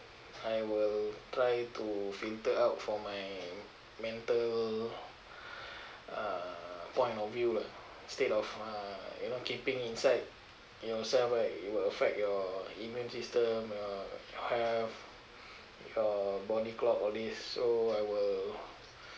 I will try to filter out for my mental uh point of view lah state of uh you know keeping inside yourself right it will affect your immune system your health your body clock all these so I will